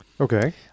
Okay